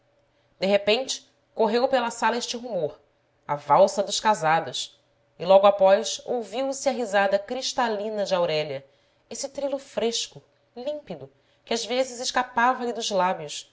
de repente correu pela sala este rumor a valsa dos casados e logo após ouviu-se a risada cristalina de aurélia esse trilo fresco límpido que às vezes escapava lhe dos lábios